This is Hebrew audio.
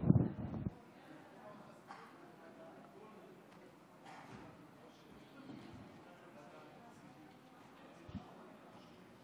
מצב שבגלל שונאי דת ששונאים את החרדים הולכים לגזור קופונים,